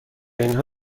اینها